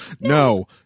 No